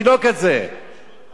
מה זה קשור?